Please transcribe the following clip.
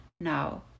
now